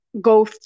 go